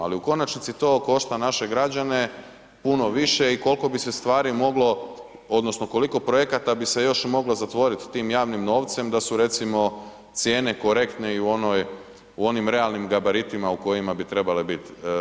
Ali u konačnici to košta naše građane puno više i koliko bi se ustvari moglo odnosno koliko projekata bi se još moglo zatvoriti tim javnim novcem da su recimo cijene korektne i u onim realnim gabaritima u kojima bi trebale bit.